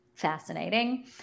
fascinating